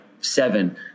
seven